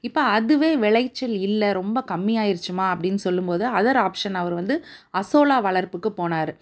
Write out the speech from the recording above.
இப்போ அதுவே விளைச்சல் இல்லை ரொம்ப கம்மியாயிருச்சுமா அப்படின்னு சொல்லும்போது அதர் ஆப்ஷன் அவர் வந்து அசோலா வளர்ப்புக்கு போனாரு